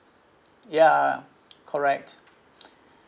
ya correct